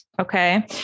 Okay